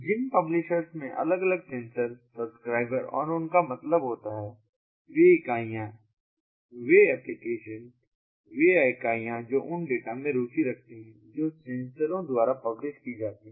जिन publishers में अलग अलग सेंसर सब्सक्राइबर और उनका मतलब होता है वे इकाइयाँ वे एप्लीकेशन वे इकाइयाँ जो उन डाटा में रुचि रखती हैं जो सेंसरों द्वारा पब्लिश की जाती हैं